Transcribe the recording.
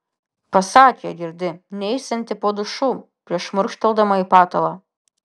pasakė girdi neisianti po dušu prieš šmurkšteldama į patalą